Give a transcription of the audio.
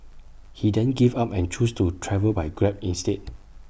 he then gave up and chose to travel by grab instead